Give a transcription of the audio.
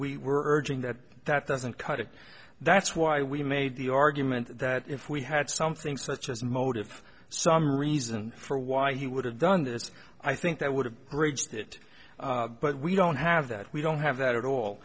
we were urging that that doesn't cut it that's why we made the argument that if we had something such as motive some reason for why he would have done this i think that would have bridged it but we don't have that we don't have that at all